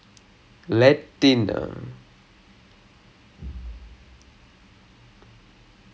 no it's just it's just நான் வந்து என்னன்னா:naan vanthu enannaa when it comes to U_E I just wanna abuse this whole U_E system